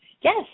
Yes